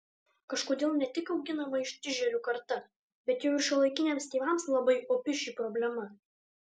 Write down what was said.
kažkodėl ne tik auginama ištižėlių karta bet jau ir šiuolaikiniams tėvams labai opi ši problema